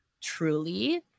truly